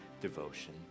devotion